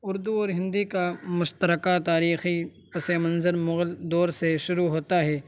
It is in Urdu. اردو اور ہندی کا مشترکہ تاریخی پسِ منظر مغل دور سے شروع ہوتا ہے